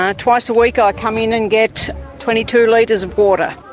ah twice a week ah i come in and get twenty two litres of water.